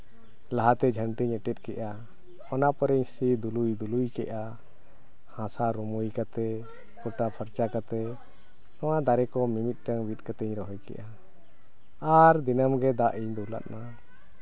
ᱞᱟᱦᱟᱛᱮ ᱡᱷᱟᱹᱱᱴᱤᱧ ᱮᱴᱮᱫ ᱠᱮᱜᱼᱟ ᱚᱱᱟ ᱯᱚᱨᱮᱧ ᱥᱤ ᱫᱩᱞᱩᱭ ᱫᱩᱞᱩᱭ ᱠᱮᱜᱼᱟ ᱦᱟᱥᱟ ᱨᱩᱢᱩᱭ ᱠᱟᱛᱮᱫ ᱠᱳᱴᱟ ᱯᱷᱟᱨᱪᱟ ᱠᱟᱛᱮᱫ ᱱᱚᱣᱟ ᱫᱟᱨᱮ ᱠᱚ ᱢᱤᱢᱤᱫᱴᱟᱝ ᱵᱤᱫ ᱠᱟᱛᱮᱧ ᱨᱚᱦᱚᱭ ᱠᱮᱜᱼᱟ ᱟᱨ ᱫᱤᱱᱟᱹᱢ ᱜᱮ ᱫᱟᱜ ᱤᱧ ᱫᱩᱞ ᱟᱜᱼᱟ